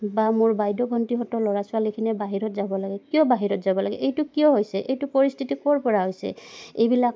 বা মোৰ বাইদেউ ভণ্টিহঁতৰ ল'ৰা ছোৱালীখিনি বাহিৰত যাব লাগে কিয় বাহিৰত যাব লাগে এইটো কিয় হৈছে এইটো পৰিস্থিতি ক'ৰ পৰা হৈছে এইবিলাক